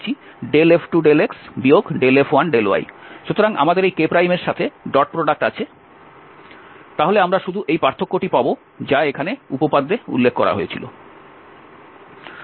সুতরাং আমাদের এই k এর সাথে ডট প্রোডাক্ট আছে তাহলে আমরা শুধু এই পার্থক্যটি পাব যা এখানে উপপাদ্যে উল্লেখ করা হয়েছিল